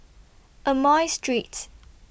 Amoy Street